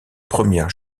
premières